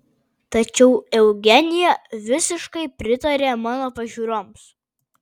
tačiau eugenija visiškai pritarė mano pažiūroms